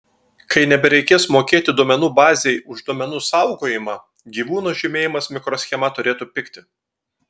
kai nebereikės mokėti duomenų bazei už duomenų saugojimą gyvūno žymėjimas mikroschema turėtų pigti